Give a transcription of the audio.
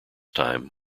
time